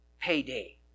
payday